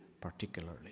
particularly